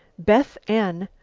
beth n,